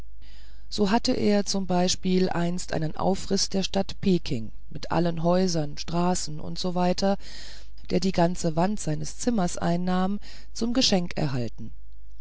so hatte er z b einst einen aufriß der stadt peking mit allen straßen häusern u s w der die ganze wand seines zimmers einnahm zum geschenk erhalten